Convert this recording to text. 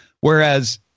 whereas